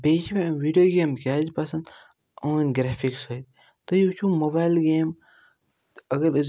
بیٚیہِ چھِ مےٚ ویٖڈیو گیم کِیازِ پَسند اوٚہُند گرٛیفِکٕس سۭتۍ تُہۍ وٕچھِو موبایل گیم اَگر أسۍ گِندو